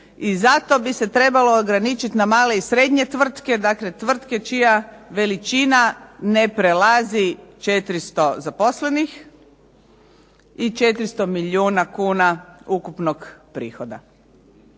i zato bi se trebalo ograničiti na male i srednje tvrtke, dakle tvrtka ne prelazi 400 zaposlenih i 400 milijuna kuna ukupnog prihoda.